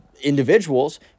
individuals